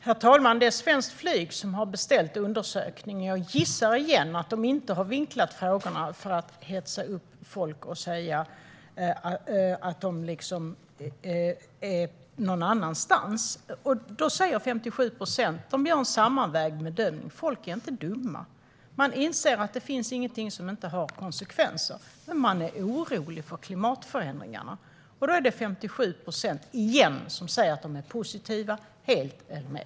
Herr talman! Det är Svenskt Flyg som har beställt undersökningen, och jag gissar igen att de inte har vinklat frågorna för att hetsa upp folk och få dem att svara på ett annat sätt. 57 procent svarar så här. De gör en sammanvägd bedömning. Folk är inte dumma. De inser att det inte finns någonting som inte har konsekvenser, men de är oroliga för klimatförändringarna. Det är alltså 57 procent som säger att de är ganska eller helt positiva till flygskatten.